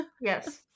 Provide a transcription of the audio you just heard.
Yes